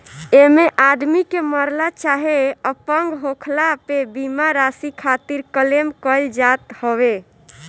एमे आदमी के मरला चाहे अपंग होखला पे बीमा राशि खातिर क्लेम कईल जात हवे